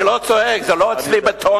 אני לא צועק, זה לא אצלי בטונים.